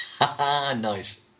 Nice